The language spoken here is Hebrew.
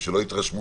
שלא יתרשמו